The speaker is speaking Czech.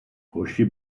hoši